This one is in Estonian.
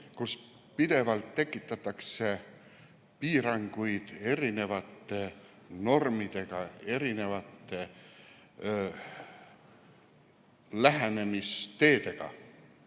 kus pidevalt tekitatakse piiranguid erinevate normidega, erinevate lähenemisteedega.